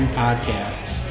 podcasts